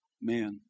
man